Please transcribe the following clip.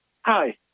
Hi